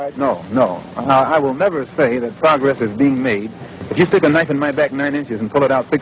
no, no. i will never say that progress is being made. you took a knife in my back nine inches and pulled it out. like